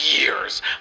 years